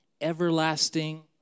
everlasting